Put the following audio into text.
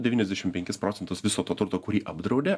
devniasdešim penkis procentus viso to turto kurį apdraudė